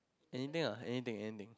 anything ah anything anything